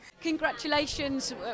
Congratulations